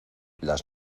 las